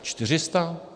400?